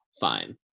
Fine